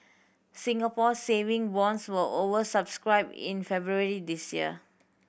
Singapore Saving Bonds were over subscribed in February this year